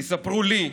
תספרו לי,